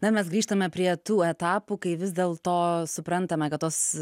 na mes grįžtame prie tų etapų kai vis dėlto suprantame kad tos